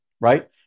right